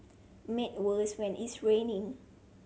made worse when it's raining